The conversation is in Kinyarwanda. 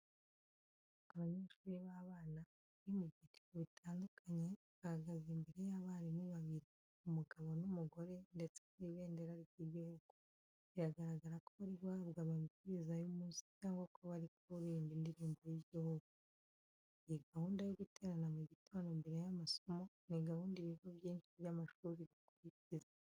Abanyeshuri b'abana, bari mu byiciro bitandukanye bahagaze imbere y'abarimu babiri, umugabo n'umugore ndetse hari n'ibendera ry'igihugu, biragaragara ko bari guhabwa amabwiriza y'umunsi cyangwa ko bari kuririmba indirimo y'igihugu. Iyi gahunda yo guterana mu gitondo mbere y'amasomo, ni gahunda ibigo byinshi by'amashuri bikurikiza.